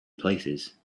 places